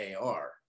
ar